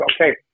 okay